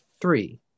Three